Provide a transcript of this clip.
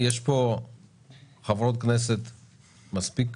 יש כאן חברות כנסת מספיק